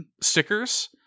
stickers